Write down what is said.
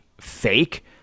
fake